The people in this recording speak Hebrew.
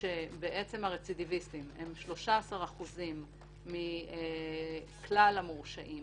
שהרצידיביסטים הם 13% מכלל המורשעים,